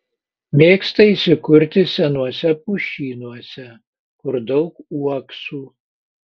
mėgsta įsikurti senuose pušynuose kur daug uoksų